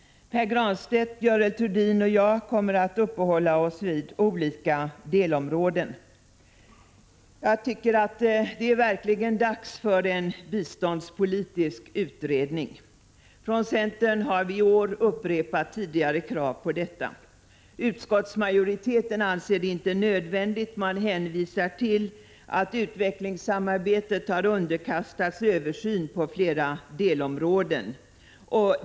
Pär Granstedt, Görel Thurdin och jag kommer att uppehålla oss vid olika delområden. Jag tycker att det verkligen är dags för en biståndspolitisk utredning. Från centern har vi i år upprepat tidigare krav på detta. Utskottsmajoriteten anser det inte nödvändigt och hänvisar till att utvecklingssamarbetet på flera delområden har underkastats översyn.